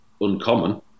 uncommon